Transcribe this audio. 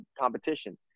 competition